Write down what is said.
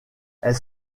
elle